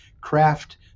craft